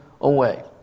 away